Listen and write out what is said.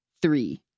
Three